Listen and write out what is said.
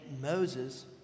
Moses